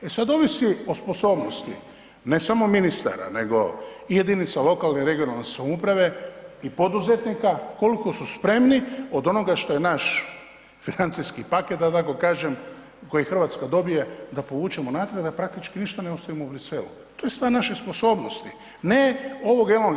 E sada ovisi o sposobnosti, ne samo ministara nego i jedinica lokalne i regionalne samouprave i poduzetnika koliko su spremni od onoga što je naš financijski paket da tako kažem koji Hrvatska dobije da povučemo natrag da praktički ništa ne ostavimo u Bruxellesu, to je stvar naše sposobnosti, ne ovoga ili onoga.